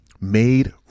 made